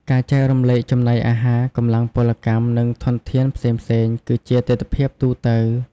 ការចែករំលែកចំណីអាហារ កម្លាំងពលកម្ម និងធនធានផ្សេងៗ គឺជាទិដ្ឋភាពទូទៅ។